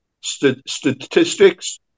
statistics